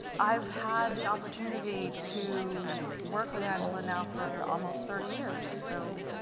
i've had the opportunity to work with angela now for almost thirty years. so